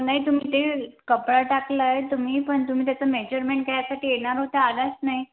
नाही तुम्ही ते कपडा टाकला आहे तुम्ही पण तुम्ही त्याचं मेजरमेंट घ्यायसाठी येणार होता आलाच नाही